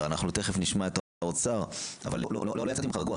תיכף נשמע את האוצר, אבל לא יצאתי ממך רגוע.